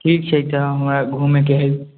की छै तऽ हमरा घुमैके हइ